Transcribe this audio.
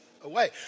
away